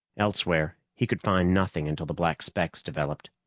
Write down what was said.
elsewhere he could find nothing, until the black specks developed.